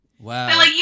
Wow